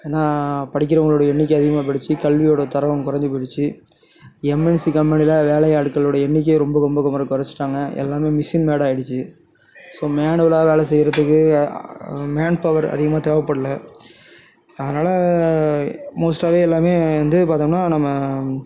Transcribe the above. ஏன்னால் படிக்கிறவங்களோடைய எண்ணிக்கை அதிகமாக போயிடுச்சு கல்வியோட தரம் குறஞ்சி போயிடுச்சு எம்என்சி கம்பெனியில் வேலை ஆட்களோடைய எண்ணிக்கையை ரொம்ப ரொம்ப ரொம்ப குறச்சிட்டாங்க எல்லாமே மிஷின் மேடாக ஆயிடுச்சு ஸோ மேனுவல்லாக வேலை செய்யுறதுக்கு மேன்பவர் அதிகமாக தேவைப்படல அதனால் மோஸ்ட்டாகவே எல்லாமே வந்து பார்த்தோம்னா நம்ம